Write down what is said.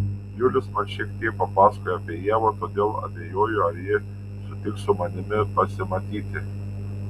julius man šiek tiek papasakojo apie ievą todėl abejoju ar ji sutiks su manimi pasimatyti